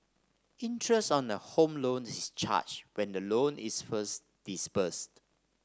interest on a home loan is charged when the loan is first disbursed